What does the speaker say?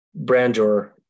Brandor